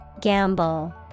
Gamble